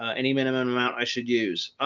any minimum amount i should use?